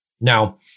Now